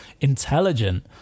intelligent